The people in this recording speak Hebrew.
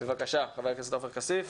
בבקשה חבר הכנסת עופר כסיף.